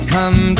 Come